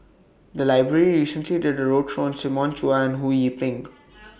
The Library recently did A roadshow on Simon Chua and Ho Yee Ping